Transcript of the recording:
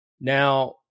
Now